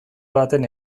baten